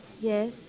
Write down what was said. Yes